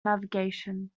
navigation